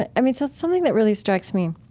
and i mean, so something that really strikes me,